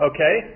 Okay